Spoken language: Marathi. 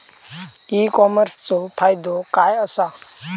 ई कॉमर्सचो फायदो काय असा?